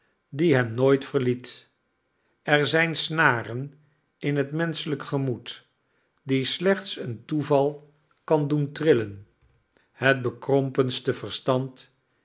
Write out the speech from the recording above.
die hem nooit verliet er zijn snaren in het menschehjk gemoed die slechts een toeval kan doen trillen het bekrompenste verstand